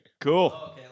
Cool